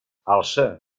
alça